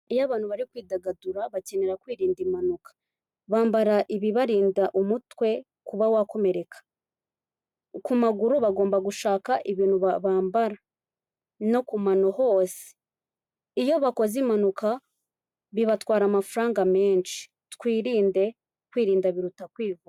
Iyo abantu bari kwidagadura, bakenera kwirinda impanuka. Bambara ibibarinda umutwe, kuba wakomereka. Ku maguru bagomba gushaka ibintu bambara, no ku mano hose. Iyo bakoze impanuka bibatwara amafaranga menshi. Twirinde, kwirinda biruta kwivuza.